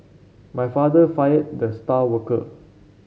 my father fired the star worker